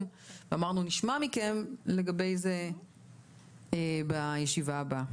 ואמרנו שנשמע מכם לגבי זה בישיבה הבאה,